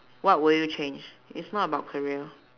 what would you change it's not about career